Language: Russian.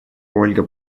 ольга